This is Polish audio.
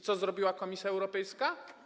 Co zrobiła Komisja Europejska?